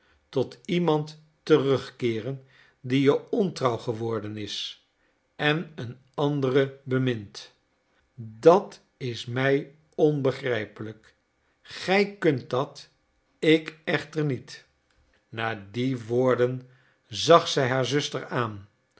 tot iemand terugkeeren die je ontrouw geworden is en een andere bemint dat is mij onbegrijpelijk gij kunt dat ik echter niet na die woorden zag zij haar zuster aan